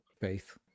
faith